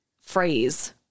phrase